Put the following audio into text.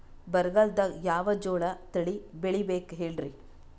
ಬರಗಾಲದಾಗ್ ಯಾವ ಜೋಳ ತಳಿ ಬೆಳಿಬೇಕ ಹೇಳ್ರಿ?